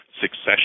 succession